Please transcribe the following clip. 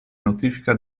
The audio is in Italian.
notifica